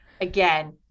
Again